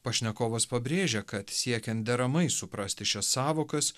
pašnekovas pabrėžia kad siekiant deramai suprasti šias sąvokas